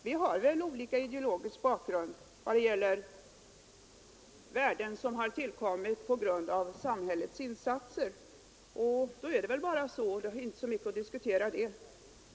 Vi har väl olika ideologisk bakgrund när det gäller värden som tillkommit genom samhällets insatser — då är det bara så, och det är inte så mycket att diskutera.